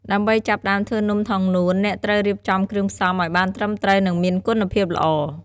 ដើម្បីចាប់ផ្ដើមធ្វើនំថងនួន អ្នកត្រូវរៀបចំគ្រឿងផ្សំឲ្យបានត្រឹមត្រូវនិងមានគុណភាពល្អ។